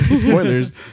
Spoilers